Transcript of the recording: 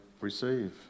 receive